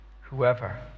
Whoever